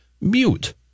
mute